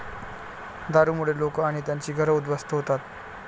दारूमुळे लोक आणि त्यांची घरं उद्ध्वस्त होतात